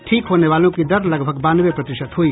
ठीक होने वालों की दर लगभग बानवे प्रतिशत हुई